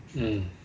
mm